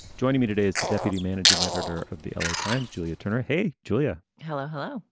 joining me today is the deputy managing editor of the l a. times, julia turner. hey, julia. hello. hello.